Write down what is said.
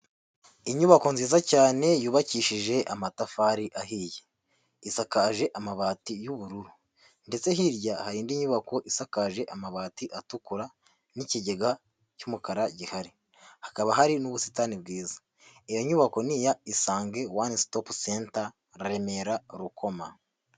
Inyubako nziza cyane yubakishije amatafari ahiye, isakaje amabati y'ubururu ndetse hirya hari indi nyubako isakaje amabati atukura n'ikigega cy'umukara gihari, hakaba hari n'ubusitani bwiza, iyo nyubako ni iya Isange wune sitopu senta Remera Rukoma.